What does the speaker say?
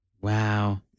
Wow